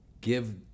give